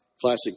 classic